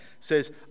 says